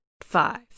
five